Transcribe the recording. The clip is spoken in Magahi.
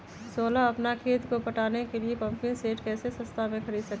सोलह अपना खेत को पटाने के लिए पम्पिंग सेट कैसे सस्ता मे खरीद सके?